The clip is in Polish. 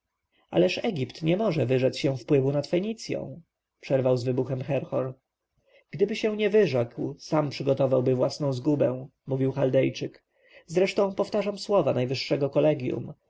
ależ egipt nie może wyrzec się wpływu nad fenicją przerwał z wybuchem herhor gdyby się nie wyrzekł sam przygotowałby własną zgubę mówił chaldejczyk zresztą powtarzam słowa najwyższego kolegjum